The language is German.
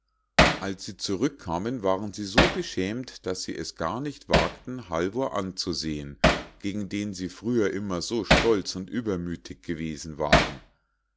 als sie zurückkamen waren sie so beschämt daß sie es gar nicht wagten halvor anzusehen gegen den sie früher immer so stolz und übermüthig gewesen waren